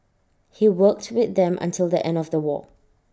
he worked with them until the end of the war